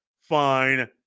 fine